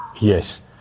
Yes